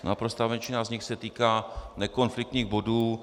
Naprostá většina z nich se týká nekonfliktních bodů.